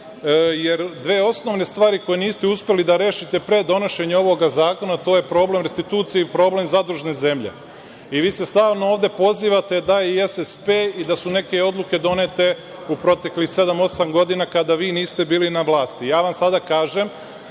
jer dve osnovne stvari koje niste uspeli da rešite pre donošenja ovoga zakona su problem restitucije i problem zadružne zemlje. Vi se stalno ovde pozivate da je SSP i da su neke odluke donete u proteklih sedam-osam godina kada vi niste bili na vlasti. Ja vam sada kažem